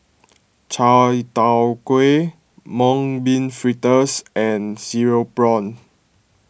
Chai Tow Kuay Mung Bean Fritters and Cereal Prawns